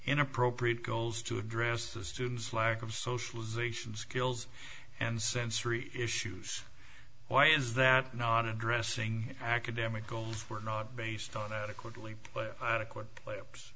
inappropriate goals to address the student's lack of socialization skills and sensory issues why is that not addressing academic goals were not based on adequately adequate la